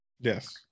Yes